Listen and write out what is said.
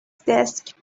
desk